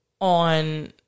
on